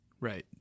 Right